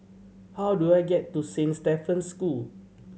how do I get to Saint Stephen's School